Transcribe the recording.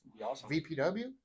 VPW